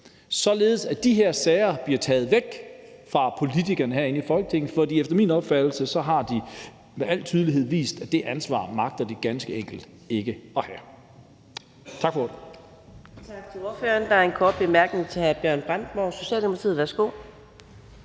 således at de her sager bliver taget væk fra politikerne herinde i Folketinget, for efter min opfattelse har de med al tydelighed vist, at det ansvar magter de ganske enkelt ikke at have.